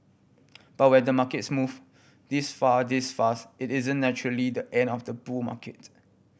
but when the markets move this far this fast it isn't naturally the end of the bull markets